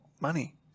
money